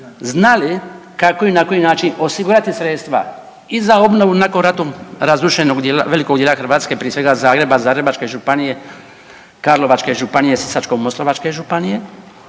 znali kako i na koji način osigurati sredstva i za obnovu nakon ratom razrušenog velikog dijela Hrvatske, prije svega Zagreba, Zagrebačke županije, Karlovačke županije, Sisačko-moslavačke županije,